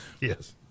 Yes